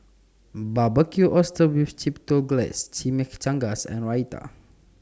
Barbecued Oysters with Chipotle Glaze Chimichangas and Raita